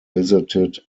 visited